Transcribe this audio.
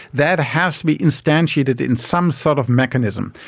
that has to be instantiated in some sort of mechanism,